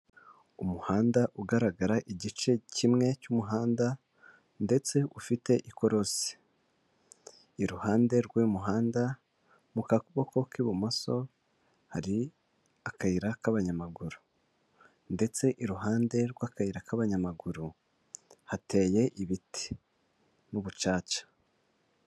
Umuhanda ugaragara igice kimwe cy'umuhanda ndetse ufite ikorosi, iruhande rw'umuhanda mu kaboko k'ibumoso hari akayira k'abanyamaguru ndetse iruhande rw'akayira k'abanyamaguru hateye ibiti n'ubucaca.